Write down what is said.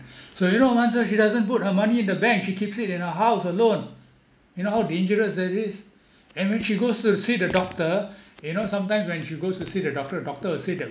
so you know monzu she doesn't put her money in the bank she keeps it in her house alone you know how dangerous that is and when she goes to see the doctor you know sometimes when she goes to see the doctor the doctor will say that